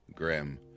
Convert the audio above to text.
grim